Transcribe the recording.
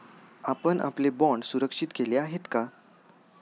आपण आपले बाँड सुरक्षित केले आहेत का?